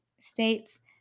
States